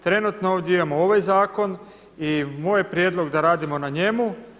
Trenutno ovdje imamo ovaj zakon i moj je prijedlog da radimo na njemu.